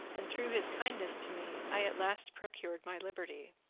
and through his kindness to me i at last procured my liberty.